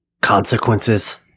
consequences